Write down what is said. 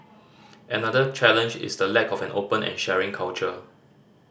another challenge is the lack of an open and sharing culture